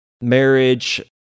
marriage